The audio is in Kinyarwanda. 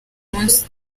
munsi